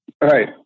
right